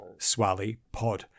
swallypod